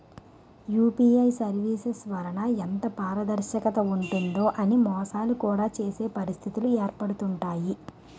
UPI services వలన ఎంత పారదర్శకత ఉంటుందో అని మోసాలు కూడా చేసే పరిస్థితిలు ఏర్పడుతుంటాయి